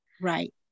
Right